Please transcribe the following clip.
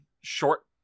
short